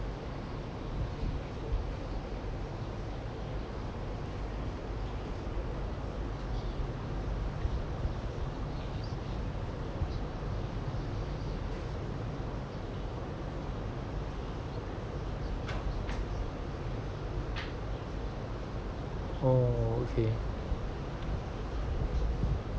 oh okay